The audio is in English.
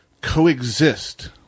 coexist